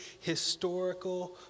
historical